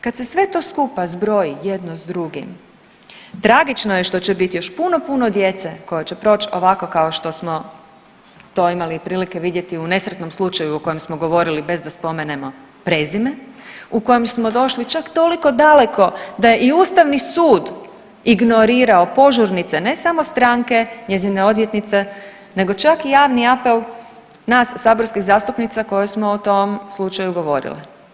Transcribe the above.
Kad se sve to skupa zbroji jedno s drugim, tragično je što će biti još puno, puno djeca koja će proći ovako kao što smo to imali prilike vidjeti u nesretnom slučaju o kojem smo govorili bez da spomenemo prezime, u kojem smo došli čak toliko daleko da je i Ustavni sud ignorirao požurnice ne samo stranke, njezine odvjetnice, nego čak i javni apel nas saborskih zastupnica koje smo o tom slučaju govorile.